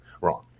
wrong